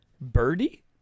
birdie